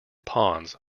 ponds